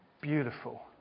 beautiful